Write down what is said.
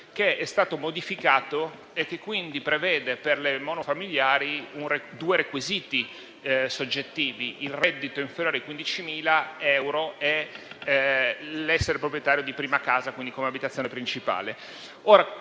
che è stato modificato e che quindi prevede per le monofamiliari due requisiti soggettivi: il reddito inferiore ai 15.000 euro e l'essere proprietario di una prima casa, come abitazione principale.